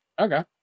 Okay